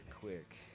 quick